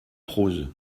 prose